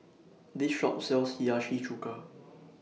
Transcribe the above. This Shop sells Hiyashi Chuka